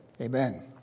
Amen